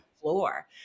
floor